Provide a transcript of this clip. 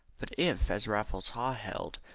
but if, as raffles haw held,